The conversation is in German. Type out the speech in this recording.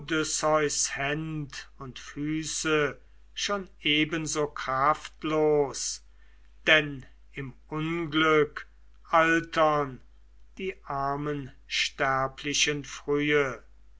und füße schon ebenso kraftlos denn im unglück altern die armen sterblichen frühe